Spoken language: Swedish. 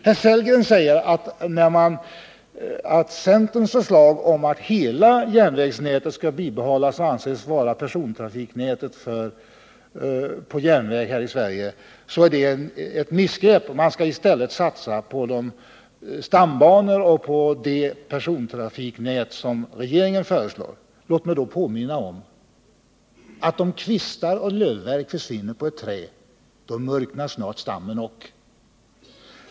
Herr Sellgren säger att centerns förslag om att hela järnvägsnätet här i Sverige skall bibehållas och anses vara persontrafiknät är ett missgrepp; man skall i stället satsa på stambanor och det persontrafiknät som regeringen föreslår. Låt mig då påminna om att om kvistar och lövverk försvinner på ett träd, murknar snart stammen också.